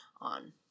on